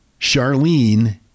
Charlene